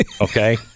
okay